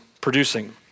producing